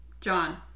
John